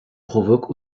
provoque